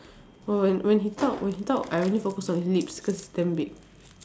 oh when when he talk when he talk I only focus on his lips cause it's damn big